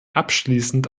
abschließend